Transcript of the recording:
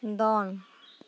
ᱫᱚᱱ